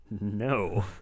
no